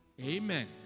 Amen